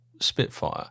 Spitfire